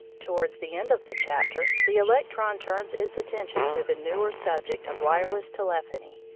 towards the end of the chapter the electron turns its attention to the newer subject of wireless telephony,